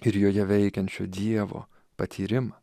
ir joje veikiančio dievo patyrimą